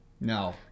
No